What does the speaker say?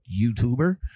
youtuber